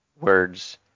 words